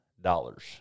dollars